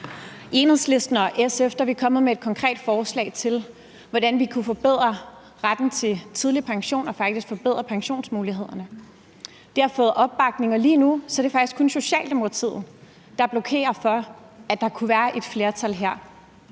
I Enhedslisten og SF er vi kommet med et konkret forslag til, hvordan vi kunne forbedre retten til tidlig pension og faktisk forbedre pensionsmulighederne. Det har fået opbakning, og lige nu er det faktisk kun Socialdemokratiet, der blokerer for, at der kunne være et flertal her,